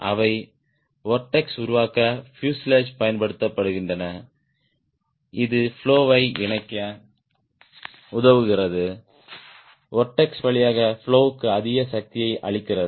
அவை வொர்ட்ஸ் உருவாக்க பியூசேலாஜ் பயன்படுத்தப்படுகின்றன இது பிளோ வை இணைக்க உதவுகிறது வொர்ட்ஸ் வழியாக பிளோ க்கு அதிக சக்தியை அளிக்கிறது